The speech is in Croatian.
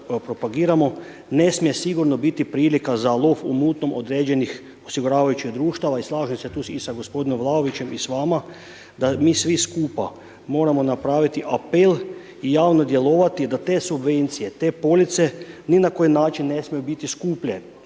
ne smije sigurno biti prilika za lov u mutnom određenih osiguravajućih društava i slažem se tu i sa g. Vlaovićem i s vama da mi svi skupa moramo napraviti apel i javno djelovati da te subvencije, te police ni na koji način ne smiju biti skuplje,